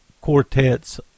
Quartet's